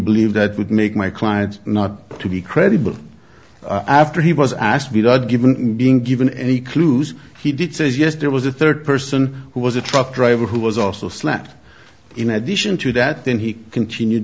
believe that would make my client not to be credible after he was asked without giving being given any clues he did says yes there was a third person who was a truck driver who was also slat in addition to that then he continued